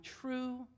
true